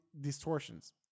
distortions